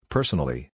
Personally